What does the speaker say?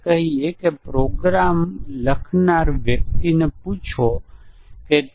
mutation testing માં કેટલીક સમસ્યાઓ છે